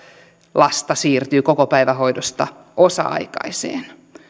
lasta siirtyy kokopäivähoidosta osa aikaiseen